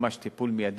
ממש טיפול מייד.